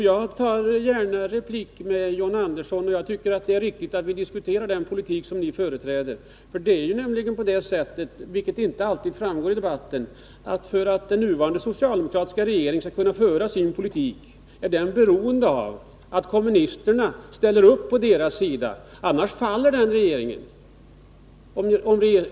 Fru talman! Jo, jag replikerar gärna till John Andersson, och jag tycker det är riktigt att diskutera den politik som ni företräder. Det framgår ju inte alltid i debatten att den nuvarande socialdemokratiska regeringen för att den skall kunna föra sin politik är beroende av att kommunisterna ställer upp på deras sida — annars faller regeringen.